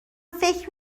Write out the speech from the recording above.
فکر